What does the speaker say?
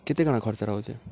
କେତେ କାଣା ଖର୍ଚ୍ଚ ରହୁଚେ